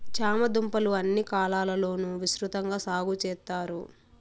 చామ దుంపలు అన్ని కాలాల లోనూ విసృతంగా సాగు చెత్తారు